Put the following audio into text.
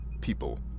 people